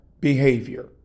behavior